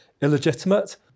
illegitimate